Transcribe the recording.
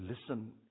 listen